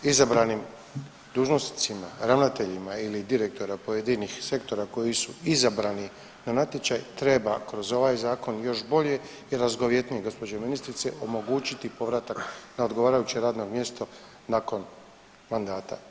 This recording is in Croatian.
Izabranim dužnosnicima, ravnateljima ili direktora pojedinih sektora koji su izabrani na natječaj treba kroz ovaj zakon još bolje i razgovjetnije gospođo ministrice omogućiti povratak na odgovarajuće radno mjesto nakon mandata.